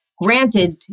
granted